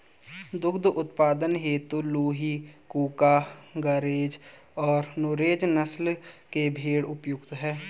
दुग्ध उत्पादन हेतु लूही, कूका, गरेज और नुरेज नस्ल के भेंड़ उपयुक्त है